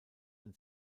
ein